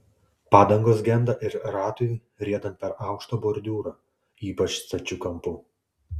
padangos genda ir ratui riedant per aukštą bordiūrą ypač stačiu kampu